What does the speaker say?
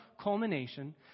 culmination